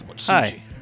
hi